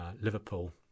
Liverpool